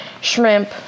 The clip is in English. shrimp